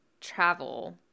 travel